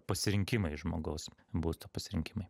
pasirinkimai žmogaus būsto pasirinkimai